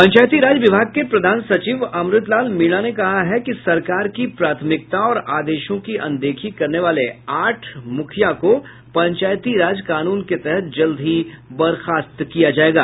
पंचायती राज विभाग के प्रधान सचिव अमृत लाल मीणा ने कहा है कि सरकार की प्राथमिकता और आदेशों की अनदेखी करने वाले आठ मुखियाओं को पंचायती राज कानून के तहत जल्द ही बर्खास्त किया जायेगा